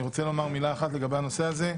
אני רוצה לומר מילה אחת לגבי הנושא הזה.